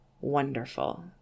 wonderful